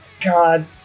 God